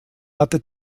hatte